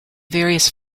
various